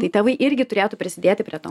tai tėvai irgi turėtų prisidėti prie to